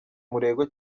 umurego